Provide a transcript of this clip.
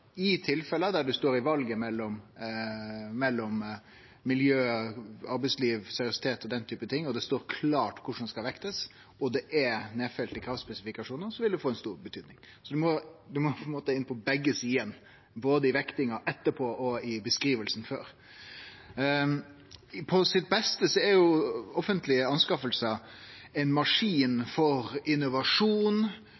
I tilfelle der ein står i valet mellom miljø, arbeidsliv, seriøsitet og den typen ting, og det står klart korleis det skal vektast, og det er nedfelt i kravspesifikasjonane, vil det få stor betyding. Så ein må på ein måte inn på begge sidene, både i vektinga etterpå og i beskrivinga før. På sitt beste er offentlege anskaffingar ein maskin